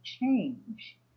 change